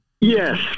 Yes